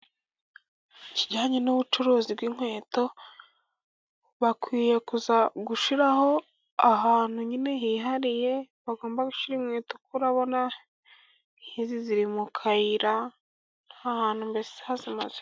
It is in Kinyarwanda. Ikijyanye n'ubucuruzi bw'inkweto, bakwiye gushyiraho ahantu nyine hihariye bagomba gushyira inkweto, kuko urabona nk'izi ziri mu kayira, nta hantu mbese hazima ziri.